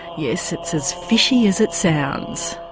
yes, it's as fishy as it sounds.